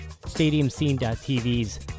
StadiumScene.tv's